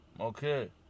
okay